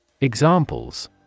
Examples